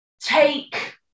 take